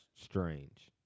strange